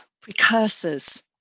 precursors